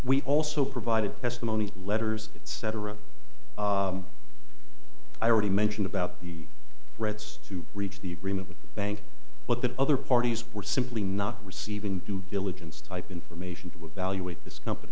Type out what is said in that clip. we also provided testimony letters etc i already mentioned about the threats to reach the agreement with the bank but the other parties were simply not receiving due diligence type information to evaluate this company